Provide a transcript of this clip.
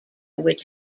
which